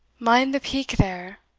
mind the peak there,